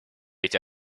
эти